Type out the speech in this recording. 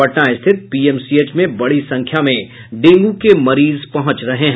पटना स्थित पीएमसीएच में बड़ी संख्या में डेंगू के मरीज पहुंच रहे हैं